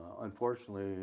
unfortunately